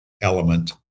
element